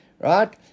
Right